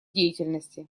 деятельности